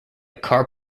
car